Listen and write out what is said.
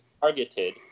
targeted